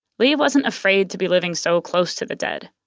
lee wasn't afraid to be living so close to the dead,